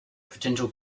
potential